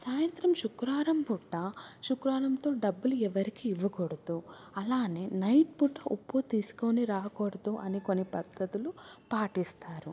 సాయింత్రం శుక్రవారం పూట శుక్రవారంతో డబ్బులు ఎవ్వరికి ఇవ్వకూడదు అలానే నైట్ పూట ఉప్పు తీస్కొని రాకూడదు అని కొన్ని పద్ధతులు పాటిస్తారు